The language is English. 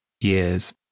years